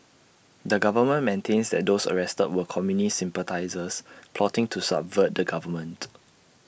the government maintains that those arrested were communist sympathisers plotting to subvert the government